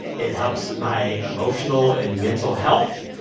it helps my emotional and mental health.